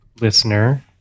listener